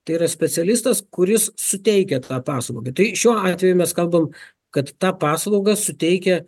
tai yra specialistas kuris suteikia tą paslaugą tai šiuo atveju mes kalbam kad tą paslaugą suteikia